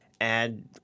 add